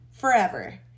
Forever